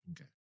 Okay